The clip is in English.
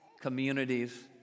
communities